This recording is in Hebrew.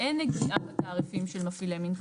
אין נגיעה בתעריפים של מפעילי מנחת.